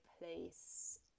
place